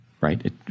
Right